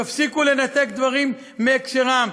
תפסיקו לנתק דברים מהקשרם.